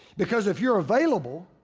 because if you're available,